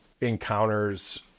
encounters